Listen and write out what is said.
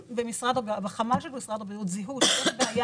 בחמ"ל של משרד הבריאות זיהו שיש בעיה